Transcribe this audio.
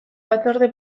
batzorde